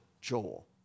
Joel